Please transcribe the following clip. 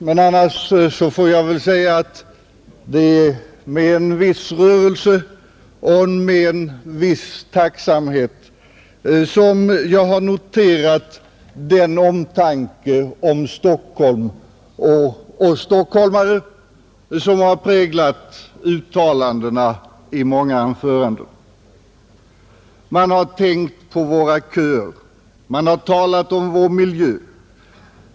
Men annars får jag säga att det är med rörelse och tacksamhet som jag noterat den omtanke om Stockholm och oss stockholmare som präglat många anföranden. Man har tänkt på våra köer. Man har talat om vår miljö.